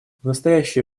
настоящее